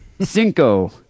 Cinco